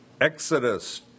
Exodus